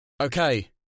Okay